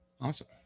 Awesome